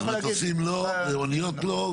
אז מטוסים לא ואוניות לא,